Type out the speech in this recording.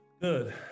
Good